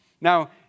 Now